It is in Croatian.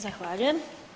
Zahvaljujem.